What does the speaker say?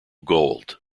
gold